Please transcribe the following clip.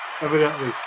evidently